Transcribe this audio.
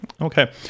Okay